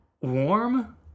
warm